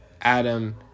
Adam